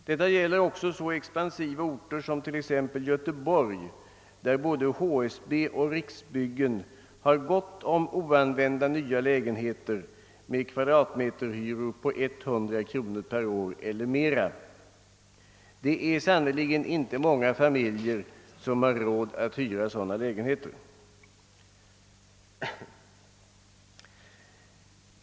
Detta gäller också så expansiva orter som t.ex. Göteborg, där både HSB och Riksbyggen har gott om oanvända nya lägenheter med kvadratmeterhyror på 100 kronor per år eller mera. Det är sannerligen inte många familjer som har råd att hyra sådana lägenheter.